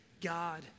God